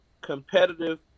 competitive